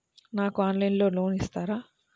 నాకు ఆన్లైన్లో లోన్ ఇస్తారా?